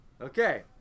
Okay